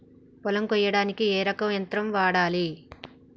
పొలం కొయ్యడానికి ఏ రకం యంత్రం వాడాలి?